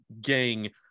gang